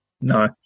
No